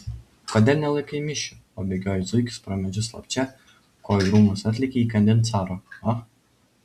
kodėl nelaikai mišių o bėgioji it zuikis pro medžius slapčia ko į rūmus atlėkei įkandin caro a